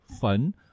fun